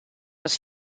was